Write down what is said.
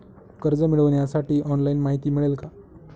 कर्ज मिळविण्यासाठी ऑनलाइन माहिती मिळेल का?